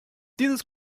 dieses